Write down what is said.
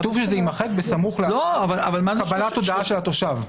כתוב שזה יימחק בסמוך לקבלת הודעה של התושב.